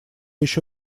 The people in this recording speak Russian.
еще